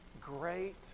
great